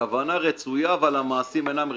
הכוונה רצויה אבל המעשים אינם רצויים.